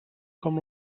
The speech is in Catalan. com